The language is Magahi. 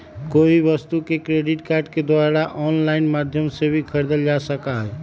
कोई भी वस्तु के क्रेडिट कार्ड के द्वारा आन्लाइन माध्यम से भी खरीदल जा सका हई